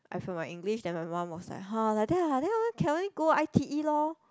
I failed my English then my mum was like !huh! like that lah like lah can only go i_t_e lor